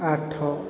ଆଠ